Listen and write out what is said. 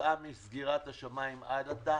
כתוצאה מסגירת השמים עד עתה.